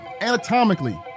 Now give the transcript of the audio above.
Anatomically